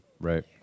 Right